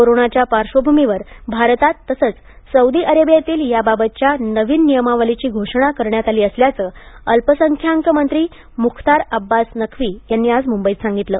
कोरोनाच्या पार्श्वभूमीवर भारतात तसेच सौदी अरेबियातील याबाबतच्या नविन नियमावलीची घोषणा करण्यात आली असल्याचं अल्पसंख्यांक मंत्री मुख्तार अब्बास नक्वी यांनी आज मुंबईत सांगितलं